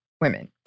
women